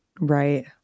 Right